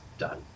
done